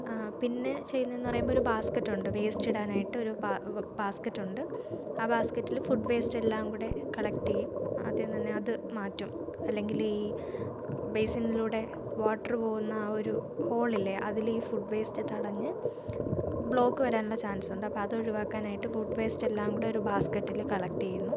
ആ പിന്നെ ചെയ്യുന്നതെന്ന് പറയുമ്പോൾ ഒരു ബാസ്ക്കറ്റ് ഉണ്ട് വേസ്റ്റ് ഇടാനായിട്ട് ഒരു പാ ബാസ്ക്കറ്റ് ഉണ്ട് ആ ബാസ്കറ്റിൽ ഫുഡ് വേസ്റ്റ് എല്ലാം കൂടി കളക്റ്റ് ചെയ്യും ആദ്യം തന്നെ അതു മാറ്റും അല്ലെങ്കിൽ ഈ ബെയ്സിനിലൂടെ വാട്ടർ പോകുന്ന ആ ഒരു ഹോളില്ലേ അതിൽ ഈ ഫുഡ് വേസ്റ്റ് തടഞ്ഞ് ബ്ലോക്ക് വരാനുള്ള ചാൻസ് ഉണ്ട് അപ്പം അത് ഒഴിവാക്കാനായിട്ട് ഫുഡ് വേസ്റ്റ് എല്ലാം കൂടി ഒരു ബാസ്കറ്റിൽ കളക്ട് ചെയ്യുന്നു